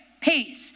peace